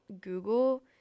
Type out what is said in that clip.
Google